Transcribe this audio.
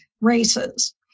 races